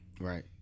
Right